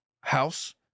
House